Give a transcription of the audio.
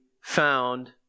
found